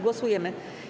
Głosujemy.